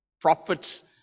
prophets